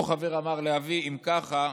אותו חבר אמר לאבי: אם ככה,